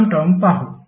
प्रथम टर्म पाहू